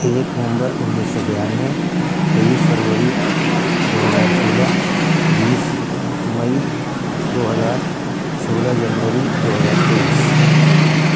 ایک نومبر انیس سو بانوے تئیس فروری دو ہزار سولہ بیس مئی دو ہزار سولہ جنوری دو ہزار تئیس